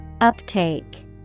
Uptake